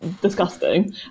disgusting